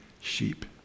sheep